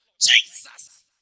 Jesus